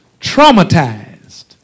traumatized